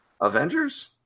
Avengers